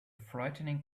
frightening